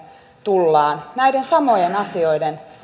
tullaan näiden samojen asioiden